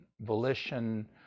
volition